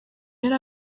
yari